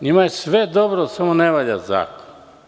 Njima je sve dobro, samo ne valja zakon.